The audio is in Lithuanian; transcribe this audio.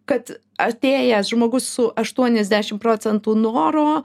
kad atėjęs žmogus su aštuoniasdešim procentų noro